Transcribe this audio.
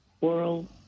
world